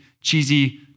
cheesy